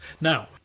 now